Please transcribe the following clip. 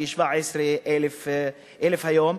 כ-17,000 היום,